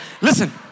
Listen